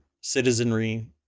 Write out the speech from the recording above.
citizenry